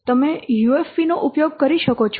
તમે UFP નો ઉપયોગ કરી શકો છો